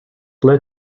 led